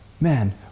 Man